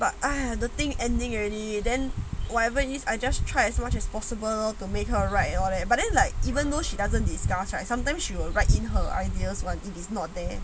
but the thing ending already then whatever is I just try as much as possible lor to make her right on it but then like even though she doesn't discuss sometimes you will write in her ideas when it is not there